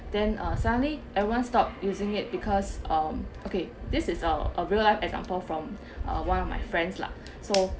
then err suddenly everyone stopped using it because um okay this is uh a real life example from uh one of my friends lah so